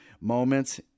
moments